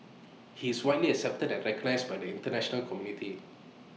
he is widely accepted and recognised by the International community